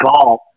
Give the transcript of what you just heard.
call